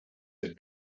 der